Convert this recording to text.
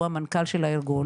שהוא המנכ"ל של הארגון,